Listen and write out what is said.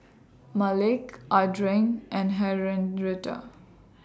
Malik Adriene and